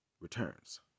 returns